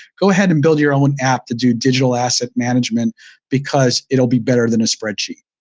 go ahead and build your own app to do digital asset management because it'll be better than a spreadsheet.